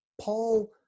Paul